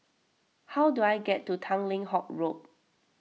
how do I get to Tanglin Halt Road